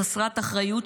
חסרת אחריות,